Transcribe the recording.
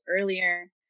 earlier